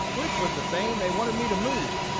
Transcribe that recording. which was the same they wanted me to move.